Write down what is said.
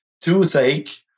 toothache